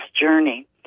journey